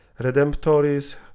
Redemptoris